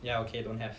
ya okay don't have